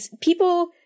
people